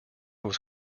was